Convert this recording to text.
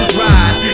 ride